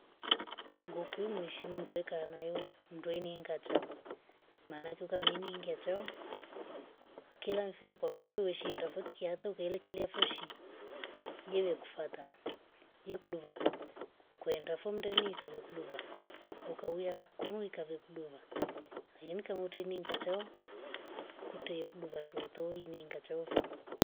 Ngoku umueshimu nde kaa nayo ndiwe ni ngachao maana fifaming nge chao kil amfiri kwan van foyo eshunda tofouti ki hata ukaelikia fushi ye kufuata ye kuduva kwenda fumdoni itavo kuduva. ukauya kurui kuduva lein kamote ni ngachao kute kuduva shotoi ni ngachao